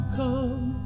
come